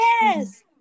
yes